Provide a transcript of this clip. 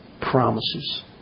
promises